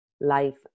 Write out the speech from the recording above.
life